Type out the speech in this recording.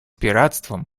пиратством